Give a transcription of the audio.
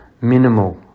minimal